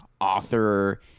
author